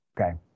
okay